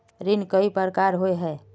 ऋण कई प्रकार होए है?